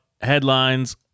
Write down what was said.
headlines